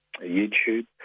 YouTube